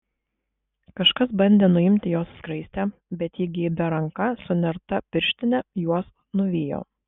kažkas bandė nuimti jos skraistę bet ji geibia ranka su nerta pirštine juos nuvijo